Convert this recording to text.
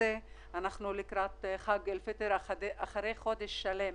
אנחנו לקראת חג עיד אל-פיטר, אחרי חודש שלם